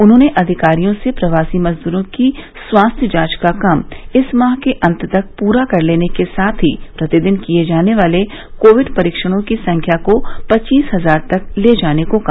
उन्होंने अधिकारियों से प्रवासी मजदूरों की स्वास्थ्य जांच का काम इस माह के अंत तक पूरा कर लेने के साथ ही प्रतिदिन किये जाने वाले कोविड परीक्षणों की संख्या को पच्चीस हजार तक ले जाने को कहा